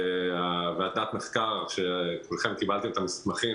המסמך של מרכז המחקר והמידע של הכנסת